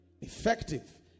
effective